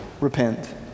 repent